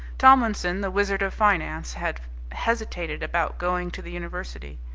tomlinson, the wizard of finance, had hesitated about going to the university.